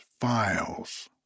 files